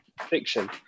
fiction